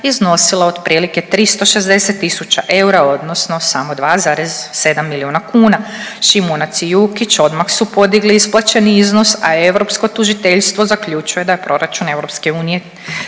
iznosila otprilike 360.000 eura odnosno samo 2,7 milijuna kuna. Šimunac i Jukić odmah su podigli isplaćeni iznos, a europsko tužiteljstvo zaključuje da je proračun EU